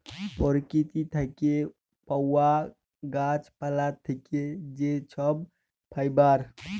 পরকিতি থ্যাকে পাউয়া গাহাচ পালা থ্যাকে যে ছব ফাইবার